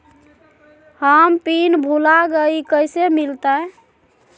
हम पिन भूला गई, कैसे मिलते?